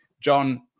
John